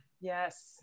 Yes